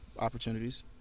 opportunities